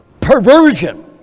Perversion